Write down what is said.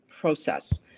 process